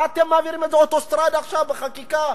מה אתם מעבירים את זה באוטוסטרדה עכשיו בחקיקה?